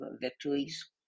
victories